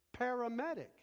paramedic